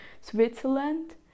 Switzerland